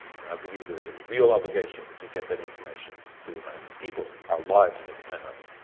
and i believe there is a real obligation to get that information to the american people. our lives may depend on it.